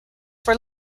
for